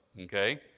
okay